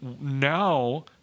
now